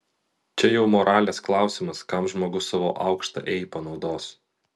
čia jau moralės klausimas kam žmogus savo aukštą ei panaudos